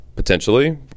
Potentially